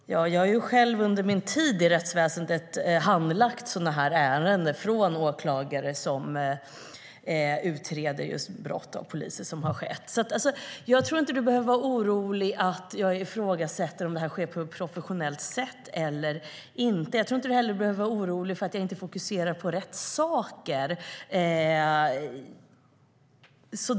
STYLEREF Kantrubrik \* MERGEFORMAT PolisfrågorHerr talman! Jag har under min tid i rättsväsendet handlagt sådana ärenden från åklagare som utreder brott av poliser. Jag tror inte att du behöver vara orolig, Krister Hammarbergh, för att jag ifrågasätter om det sker på ett professionellt sätt eller inte. Jag tror inte att du heller behöver vara orolig för att jag inte skulle fokusera på rätt saker.